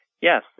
Yes